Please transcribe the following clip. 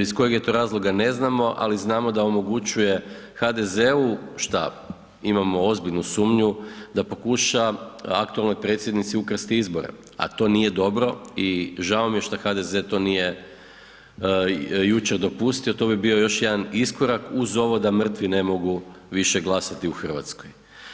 iz kojih je to razloga, ne znamo ali znamo da omogućuje HDZ-u šta imamo ozbiljnu sumnju da pokuša aktualnoj Predsjednici ukrasti izbore a to nije dobro i žao mi je šta HDZ to nije jučer dopustio, to bi bio još jedan iskorak uz ovo da mrtvi ne mogu više glasati u Hrvatskoj.